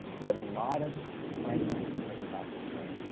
we had a lot of print and things written about this show.